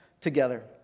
together